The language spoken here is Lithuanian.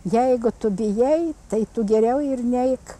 jeigu tu bijai tai tu geriau ir neik